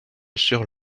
sur